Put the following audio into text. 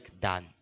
done